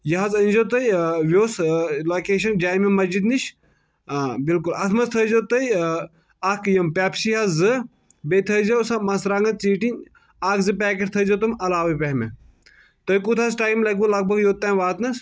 یہِ حظ انزیٚو تُہۍ ویٚوس لوکیشن جامعہ مسجد نِش آ بلکل اتھ منٛز تھایٚزو تُہۍ اکھ یم پیٚپسی حظ زٕ بیٚیہِ تھایٚزو سۄ مرژٕوانگن ژیٹینۍ اکھ زٕ پیکیٚٹ تھایٚزیٚو تم علاوے پہمتھ تۄہہ کوتاہ حظ ٹایم لگِوٕ لگ بگ یوٚتام واتنس